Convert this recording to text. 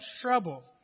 trouble